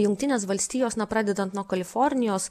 jungtinės valstijos na pradedant nuo kalifornijos